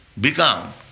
become